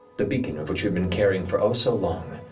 the beacon of which you'd been carrying for oh so long.